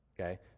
Okay